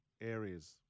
areas